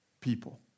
people